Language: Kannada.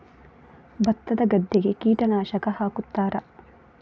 ಭತ್ತದ ಗದ್ದೆಗೆ ಕೀಟನಾಶಕ ಹಾಕುತ್ತಾರಾ?